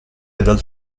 dal